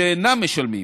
שאינם משלמים,